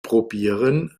probieren